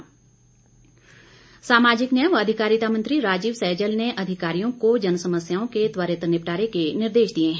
सहजल सामाजिक न्याय व अधिकारिता मंत्री राजीव सहजल ने अधिकारियों को जनसमस्याओं के त्वरित निपटारे के निर्देश दिए हैं